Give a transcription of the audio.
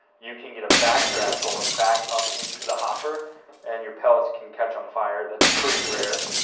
you can get a back draft going back up into the hopper and your pellets can catch on fire. that's pretty rare,